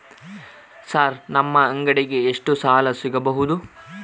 Sir ನಮ್ಮ ಅಂಗಡಿಗೆ ಎಷ್ಟು ಸಾಲ ಸಿಗಬಹುದು?